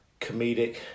comedic